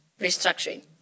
restructuring